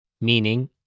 Meaning